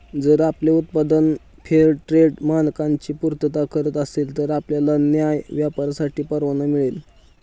जर आपले उत्पादन फेअरट्रेड मानकांची पूर्तता करत असेल तर आपल्याला न्याय्य व्यापारासाठी परवाना मिळेल